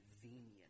convenient